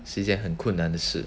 是一件很困难的事